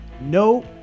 No